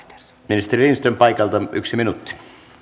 ministeri lindström paikalta yksi minuutti